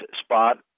spot